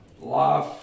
life